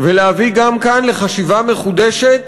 ולהביא גם כאן לחשיבה מחודשת